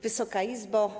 Wysoka Izbo!